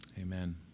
amen